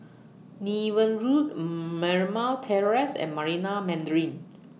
Niven Road Marymount Terrace and Marina Mandarin